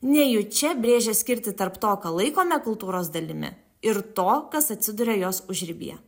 nejučia brėžia skirtį tarp to ką laikome kultūros dalimi ir to kas atsiduria jos užribyje